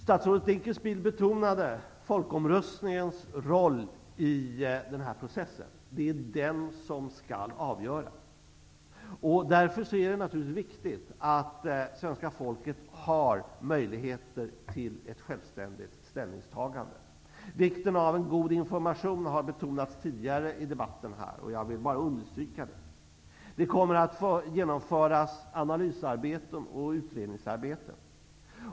Statsrådet Dinkelspiel betonade folkomröstningens roll i den här processen. Det är den som skall avgöra. Därför är det naturligtvis viktigt att svenska folket har möjligheter till ett självständigt ställningstagande. Vikten av en god information har betonats tidigare i debatten här, och jag vill bara understryka den. Det kommer att genomföras ett analysarbete och ett utredningsarbete.